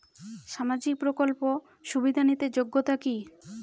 সামাজিক প্রকল্প সুবিধা নিতে যোগ্যতা কি?